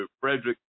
Frederick